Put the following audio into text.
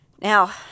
Now